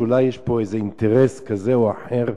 שאולי יש פה איזה אינטרס כזה או אחר.